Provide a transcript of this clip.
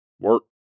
work